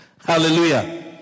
Hallelujah